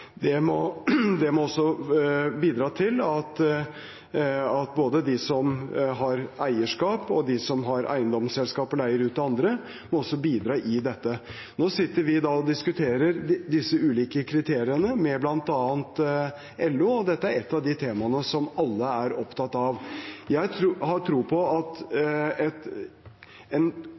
det. Nå tar fellesskapet det aller meste, og jeg er enig i at både de som har eierskap, og de som har eiendomsselskaper og leier ut til andre, også må bidra i dette. Nå sitter vi og diskuterer disse ulike kriteriene med bl.a. LO, og dette er et av de temaene som alle er opptatt av. Jeg har tro på at en